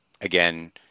again